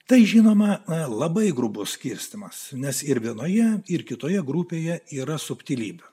tai žinoma labai grubus skirstymas nes ir vienoje ir kitoje grupėje yra subtilybių